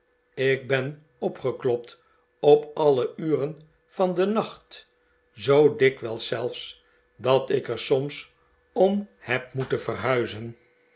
ik ben opgeklopt op alle uren van den nacht zoo dikwijls zelfs dat ik er soms om heb moeten verhuizen